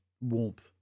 warmth